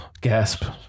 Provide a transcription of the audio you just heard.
gasp